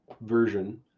version